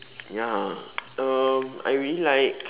ya um I really like